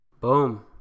Boom